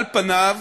על פניו,